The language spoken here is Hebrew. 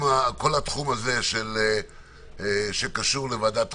התחום שקשור לוועדת החוקה,